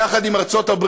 יחד עם ארצות-הברית,